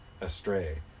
astray